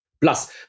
Plus